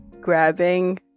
grabbing